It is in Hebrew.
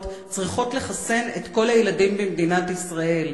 צריכות לחסן את כל הילדים במדינת ישראל.